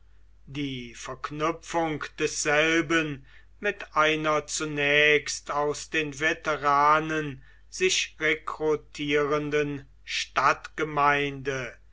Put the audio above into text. die verknüpfung desselben mit einer zunächst aus den veteranen sich rekrutierenden